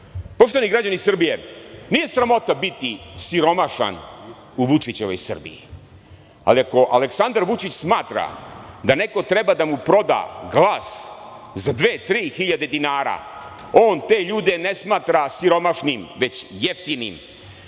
građani Srbije, nije sramota biti siromašan u Vučićevoj Srbiji. Ali, ako Aleksandar Vučić smatra da neko treba da mu proda glas za dve, tri hiljade dinara, on te ljude ne smatra siromašnim, već